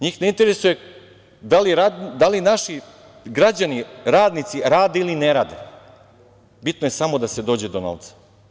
Njih ne interesuje da li naši građani, radnici rade ili ne rade, bitno je samo da se dođe do novca.